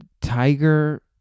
Tiger